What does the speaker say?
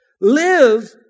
Live